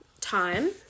time